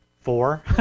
four